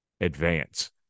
advance